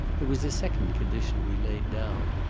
there was a second condition we laid down.